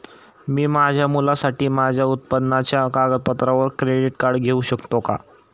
मी माझ्या मुलासाठी माझ्या उत्पन्नाच्या कागदपत्रांवर क्रेडिट कार्ड घेऊ शकतो का?